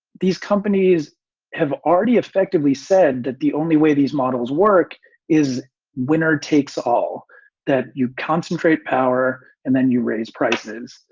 these companies have already effectively said that the only way these models work is winner takes all that. you concentrate power and then you raise prices.